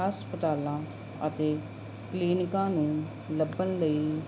ਹਸਪਤਾਲਾਂ ਅਤੇ ਕਲੀਨਿਕਾਂ ਨੂੰ ਲੱਭਣ ਲਈ